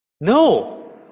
No